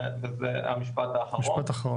וזה המשפט האחרון,